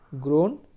grown